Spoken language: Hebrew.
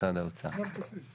אני חושב ש-א' אנחנו כמשרד האוצר